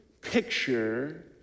picture